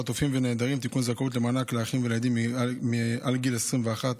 חטופים ונעדרים (תיקון מס' 2) (זכאות למענק לאחים ולילדים מעל גיל 21),